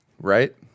right